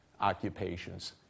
occupations